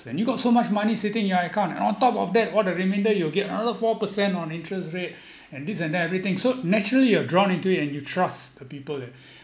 and you've got so much money sitting in your account and on top of that all the remainder you'll get another four percent on interest rate and this and that everything so naturally you are drawn into it and you trust the people there